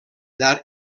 llar